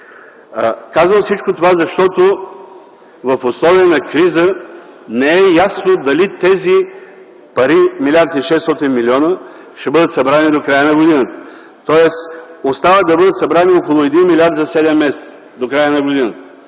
Казвам всичко това, защото в условия на криза не е ясно дали тези пари – 1 млрд. 600 млн. лв., ще бъдат събрани до края на годината. Тоест остава да бъдат събрани около 1 млрд. лв. за седем месеца до края на годината.